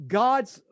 god's